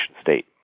state